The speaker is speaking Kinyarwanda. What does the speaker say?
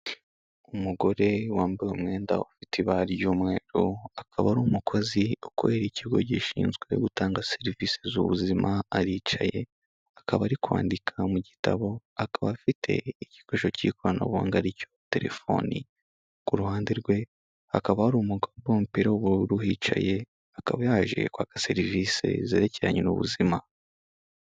Umugore wambaye umwenda ufite ibara ry'umweru, akaba ari umukozi ukorera ikigo gishinzwe gutanga serivisi z'ubuzima aricaye, akaba ari kwandika mu gitabo, akaba afite igikoresho cy'ikoranabuhanga aricyo telefoni, ku ruhande rwe hakaba hari umugabo wambaye umupira w'ubururu uhicaye, akaba yaje kwaka serivisi zerekeranye n'ubuzima.